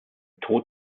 tod